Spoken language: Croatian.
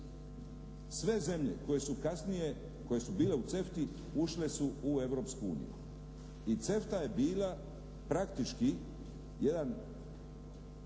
Sve zemlje koje su kasnije, koje su bila u CEFTA-i ušle su u Europsku uniju. I CEFTA je bila praktički jedan